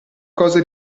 cose